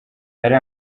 yari